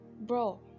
bro